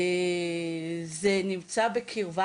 זה נמצא בקרבה,